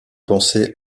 penser